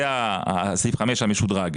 זה סעיף 5 המשודרג.